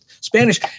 Spanish